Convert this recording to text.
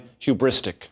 hubristic